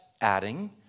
adding